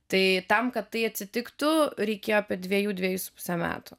tai tam kad tai atsitiktų reikėjo apie dviejų dviejų su puse metų